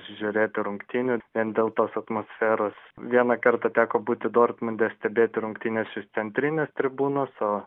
žiūrėti rungtynių vien dėl tos atmosferos vieną kartą teko būti dortmunde stebėti rungtynes iš centrinės tribūnos o